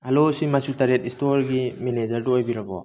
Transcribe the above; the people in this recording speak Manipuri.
ꯍꯜꯂꯣ ꯁꯤ ꯃꯆꯨ ꯇꯔꯦꯠ ꯁ꯭ꯇꯣꯔꯒꯤ ꯃꯦꯅꯦꯖꯔꯗꯨ ꯑꯣꯏꯕꯤꯔꯕꯣ